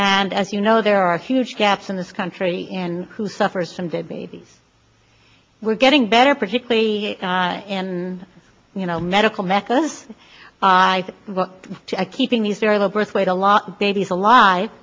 and as you know there are huge gaps in this country and who suffers from the babies were getting better particularly in you know medical mecca by keeping these very low birth weight a lot babies alive